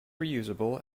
reusable